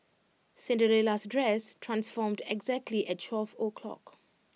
Cinderella's dress transformed exactly at twelve o' clock